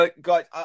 guys